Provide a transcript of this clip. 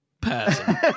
person